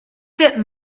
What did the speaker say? that